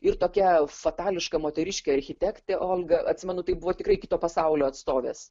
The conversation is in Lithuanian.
ir tokia fatališka moteriškė architektė olga atsimenu tai buvo tikrai kito pasaulio atstovės